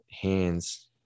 hands